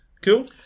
Cool